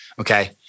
Okay